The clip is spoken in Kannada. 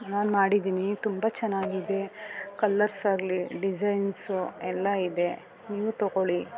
ನಾನು ಮಾಡಿದ್ದೀನಿ ತುಂಬ ಚೆನ್ನಾಗಿದೆ ಕಲರ್ಸ್ ಆಗಲಿ ಡಿಸೈನ್ಸು ಎಲ್ಲ ಇದೆ ನೀವು ತಗೋಳಿ